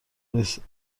نیست